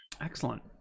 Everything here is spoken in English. Excellent